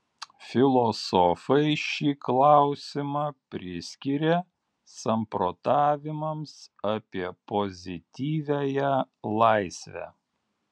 filosofai šį klausimą priskiria samprotavimams apie pozityviąją laisvę